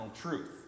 truth